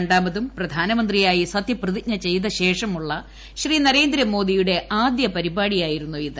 രണ്ടാമതും പ്രധാനമന്ത്രിയായി സത്യപ്രതിജ്ഞ ചെയ്ത ശേഷമുള്ള ശ്രീ നരേന്ദ്രമോദിയുടെ ആദ്യ പരിപാടിയായിരുന്നു ഇത്